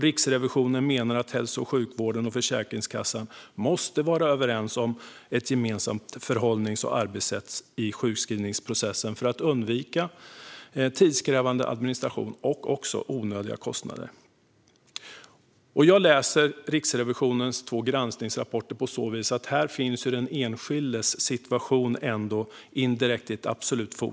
Riksrevisionen menar att hälso och sjukvården och Försäkringskassan måste vara överens om ett gemensamt förhållnings och arbetssätt i sjukskrivningsprocessen för att undvika tidskrävande administration och även onödiga kostnader. Jag läser Riksrevisionens två granskningsrapporter på så vis att i dem finns den enskildes situation indirekt i ett absolut fokus.